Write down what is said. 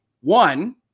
One